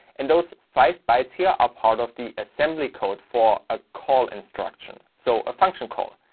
and those five bytes here are part of the assembly code for a call instruction. so a function call.